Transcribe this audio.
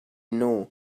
know